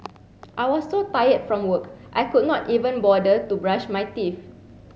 I was so tired from work I could not even bother to brush my teeth